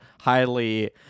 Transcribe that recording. highly